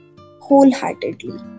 wholeheartedly